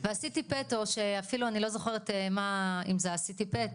וה-C.T.pet שאפילו אני לא זוכרת אם זה ה-C.T.pet,